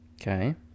okay